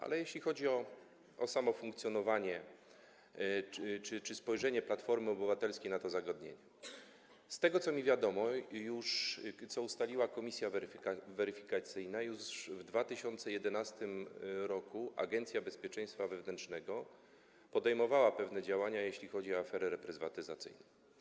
Ale jeśli chodzi o samo funkcjonowanie czy spojrzenie Platformy Obywatelskiej na to zagadnienie, to z tego, co mi wiadomo, co ustaliła komisja weryfikacyjna, już w 2011 r. Agencja Bezpieczeństwa Wewnętrznego podejmowała pewne działania, jeśli chodzi o aferę reprywatyzacyjną.